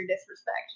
disrespect